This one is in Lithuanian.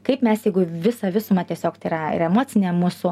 kaip mes jeigu visą visumą tiesiog tai yra ir emocinė mūsų